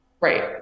right